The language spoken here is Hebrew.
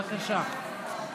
בבקשה.